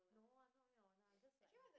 no I'm not maid of honour I'm just like her